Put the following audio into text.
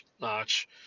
notch